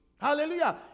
Hallelujah